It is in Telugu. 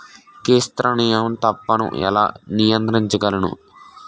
క్రిసాన్తిమం తప్పును ఎలా నియంత్రించగలను?